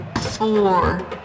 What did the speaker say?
Four